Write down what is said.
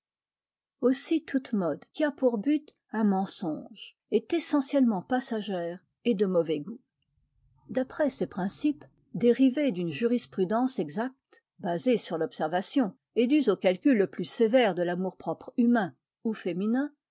aussi toute mode qui a pour but un mensonge est essentiellement passagère et de mauvais goût d'après ces principes dérivés d'une jurisprudence exacte basés sur l'observation et dus au calcul le plus sévère de l'amour-propre humain ou féminin